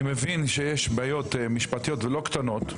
אני מבין שיש בעיות משפטיות לא קטנות.